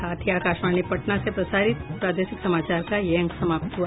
इसके साथ ही आकाशवाणी पटना से प्रसारित प्रादेशिक समाचार का ये अंक समाप्त हुआ